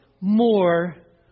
more